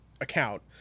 account